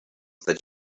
that